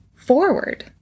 forward